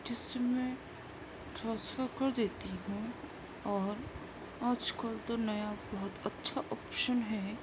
جس سے میں ٹرانسفر کر دیتی ہوں اور آج کل تو نیا بہت اچھا آپشن ہے